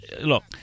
look